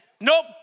Nope